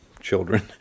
children